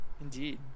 Indeed